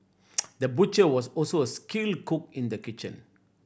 the butcher was also a skilled cook in the kitchen